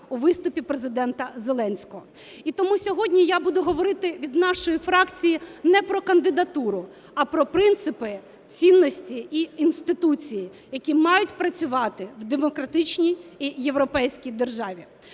у виступі Президента Зеленського. І тому сьогодні я буду говорити від нашої фракції не про кандидатуру, а про принципи, цінності і інституції, які мають працювати в демократичній і європейській державі.